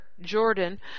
Jordan